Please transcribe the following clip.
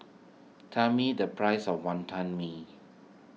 tell me the price of Wonton Mee